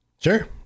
sure